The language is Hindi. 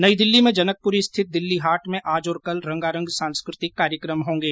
नई दिल्ली में जनकप्री स्थित दिल्ली हाट में आज और कल रंगारंग सांस्कृतिक कार्यक्रम होंगे